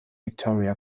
victoria